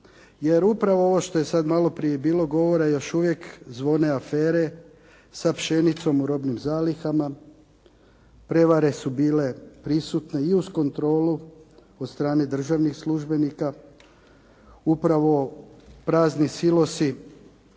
jer upravo ovo što je sada malo prije bilo govora još uvijek zvone afere sa pšenicom u robnim zalihama, prevare su bile prisutne i uz kontrolu od strane državnih službenika, upravo prazni silosi